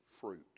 fruit